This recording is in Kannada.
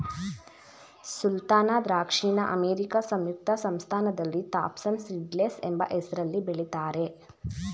ಸುಲ್ತಾನ ದ್ರಾಕ್ಷಿನ ಅಮೇರಿಕಾ ಸಂಯುಕ್ತ ಸಂಸ್ಥಾನದಲ್ಲಿ ಥಾಂಪ್ಸನ್ ಸೀಡ್ಲೆಸ್ ಎಂಬ ಹೆಸ್ರಲ್ಲಿ ಬೆಳಿತಾರೆ